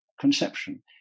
conception